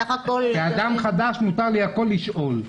כשאדם חדש מותר לי לשאול הכול.